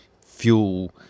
fuel